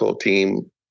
team